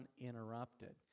uninterrupted